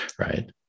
right